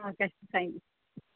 okay thank you